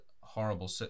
horrible